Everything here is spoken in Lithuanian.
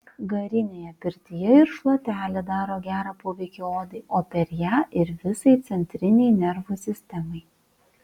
garinėje pirtyje ir šluotelė daro gerą poveikį odai o per ją ir visai centrinei nervų sistemai